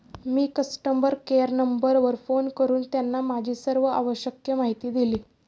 मी customer care नंबरवर phone करून त्यांना माझी सर्व आवश्यक माहिती दिली